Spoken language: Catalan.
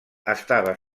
estava